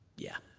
yeah.